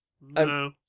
No